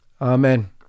Amen